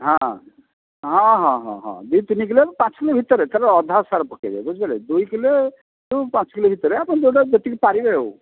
ହଁ ହଁ ହଁ ହଁ ହଁ ଦୁଇ ତିନି କିଲୋରୁ ପାଞ୍ଚ କିଲେ ଭିତରେ ଏଥିର ଅଧା ସାର ପକାଇବେ ବୁଝିପାରିଲେ ଦୁଇ କିଲେରୁ ପାଞ୍ଚ କିଲେ ଭିତରେ ଆପଣ ଯେଉଁଟା ଯେତିକି ପାରିବେ ଆଉ